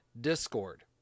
Discord